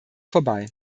vorbei